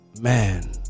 Man